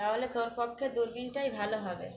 তাহলে তোর পক্ষে দূরবীনটাই ভালো হবে